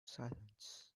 silence